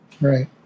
Right